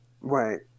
Right